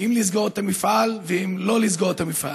אם לסגור את המפעל או לא לסגור את המפעל.